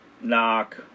knock